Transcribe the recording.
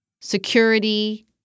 security